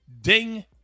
ding